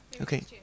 Okay